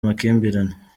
amakimbirane